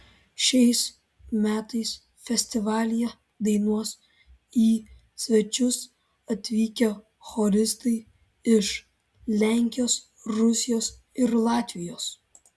šiais metais festivalyje dainuos į svečius atvykę choristai iš lenkijos rusijos ir latvijos